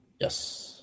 Yes